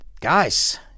Guys